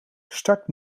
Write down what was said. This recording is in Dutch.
start